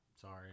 sorry